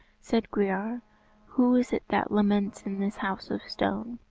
said gwrhyr, who is it that laments in this house of stone?